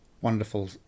wonderful